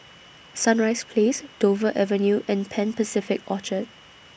Sunrise Place Dover Avenue and Pan Pacific Orchard